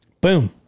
Boom